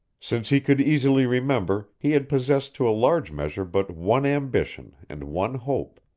since he could easily remember, he had possessed to a large measure but one ambition and one hope.